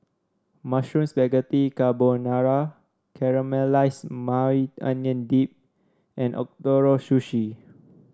Mushroom Spaghetti Carbonara Caramelized Maui Onion Dip and Ootoro Sushi